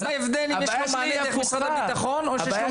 אז מה ההבדל אם יש לו מענה דרך משרד הביטחון או שיש לו